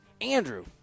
Andrew